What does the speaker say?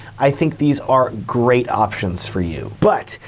i think these are great options for you. but,